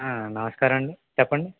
నమస్కారం అండి చెప్పండి